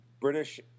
British